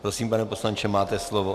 Prosím, pane poslanče, máte slovo.